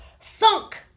thunk